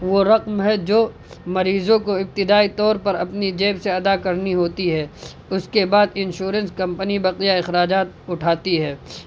وہ رقم ہے جو مریضوں کو ابتدائی طور پر اپنی جیب سے ادا کرنی ہوتی ہے اس کے بعد انشورنس کمپنی بقیہ اخراجات اٹھاتی ہے